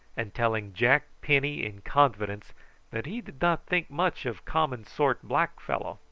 and telling jack penny in confidence that he did not think much of common sort black fellow.